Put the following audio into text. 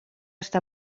està